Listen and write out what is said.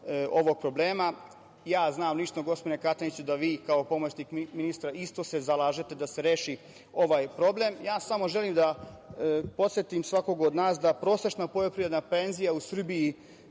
ovog problema. Znam lično, gospodine Kataniću, da vi kao pomoćnik ministra isto se zalažete da se reši ovaj problem. Samo želim da podsetim svakog od nas da prosečna poljoprivredna penzija u Srbiji